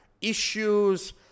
issues